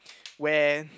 when